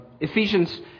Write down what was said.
Ephesians